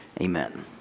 Amen